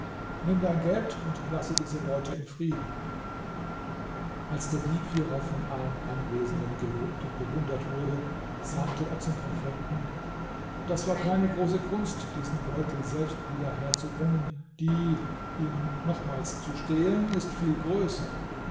nimm dein geld und lasse diese leute in frieden als der dieb hierauf von allen anwesenden gelobt und bewundert wurde sagte er zum präfekten das war keine große kunst diesen beutel selbst wieder herzubringen die ihn nochmals zu stehlen ist viel größer